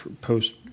post